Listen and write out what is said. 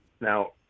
now